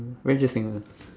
why you still single